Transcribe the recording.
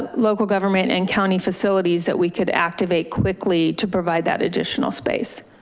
local government and county facilities that we could activate quickly to provide that additional space.